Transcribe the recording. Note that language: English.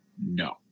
no